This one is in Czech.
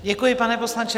Děkuji, pane poslanče.